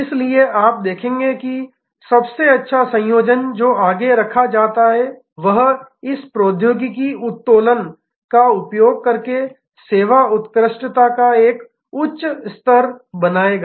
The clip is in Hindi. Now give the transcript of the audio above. इसलिए आप देखेंगे कि सबसे अच्छा संयोजन जो आगे रखा जा रहा है वह इस प्रौद्योगिकी उत्तोलन का उपयोग करके सेवा उत्कृष्टता का एक उच्च स्तर बनाएगा